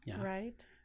right